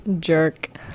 Jerk